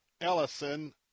Ellison